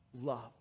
love